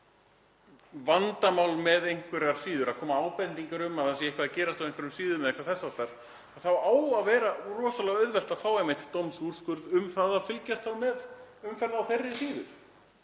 vandamál með einhverjar síður, það koma ábendingar um að það sé eitthvað að gerast á einhverjum síðum eða eitthvað þess háttar, þá á að vera rosalega auðvelt að fá dómsúrskurð til að fylgjast með umferð á þeirri síðu